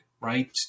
right